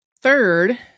Third